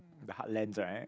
the heartlands right